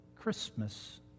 Christmas